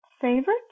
favorite